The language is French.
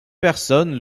personnes